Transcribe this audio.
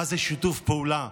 מה זה שיתוף פעולה,